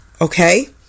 okay